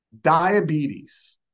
diabetes